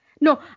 No